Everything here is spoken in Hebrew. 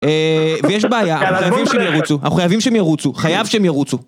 ויש בעיה, אנחנו חייבים שהם ירוצו, חייב שהם ירוצו.